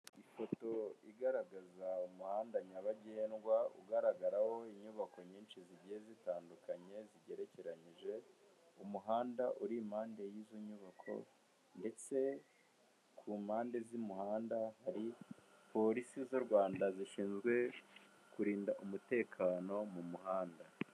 Ifoto igaragaza umuhanda nyabagendwa, ugaragaraho inyubako nyinshi zigiye zitandukanye, zigerekeranyije, umuhanda uri impande y'izo nyubako ndetse ku mpande z'umuhanda hari polisi z'u Rwanda zishinzwe kurinda umutekano mu muhanda.